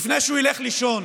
לפני שהוא ילך לישון